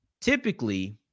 typically